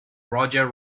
roger